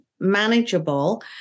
manageable